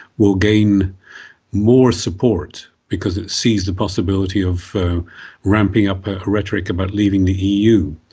will gain more support because it sees the possibility of ramping up rhetoric about leaving the eu,